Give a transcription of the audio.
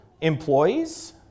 Employees